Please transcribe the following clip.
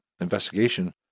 investigation